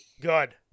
Good